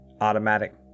automatic